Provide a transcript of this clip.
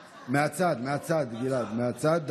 גלעד, מהצד,